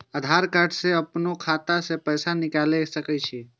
आधार कार्ड से अपनो खाता से पैसा निकाल सके छी?